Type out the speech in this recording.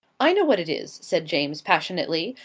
i know what it is, said james, passionately.